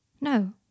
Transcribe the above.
No